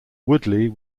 woodley